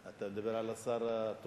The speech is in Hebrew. אתה מדבר על השר התורן?